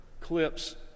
clips